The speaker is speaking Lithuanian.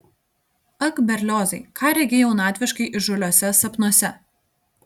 ak berliozai ką regi jaunatviškai įžūliuose sapnuose